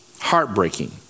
heartbreaking